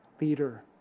leader